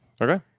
Okay